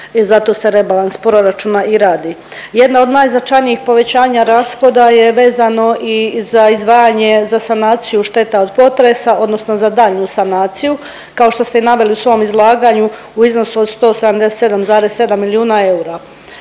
zato se rebalans proračuna i radi. Jedna od najznačajnijih povećanja rashoda je vezano i za izdvajanje za sanaciju šteta od potresa odnosno za daljnju sanaciju kao što ste i naveli u svom izlaganju u iznosu od 177,7 milijuna eura.